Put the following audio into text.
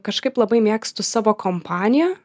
kažkaip labai mėgstu savo kompaniją